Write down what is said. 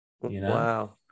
wow